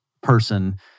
person